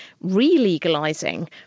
re-legalising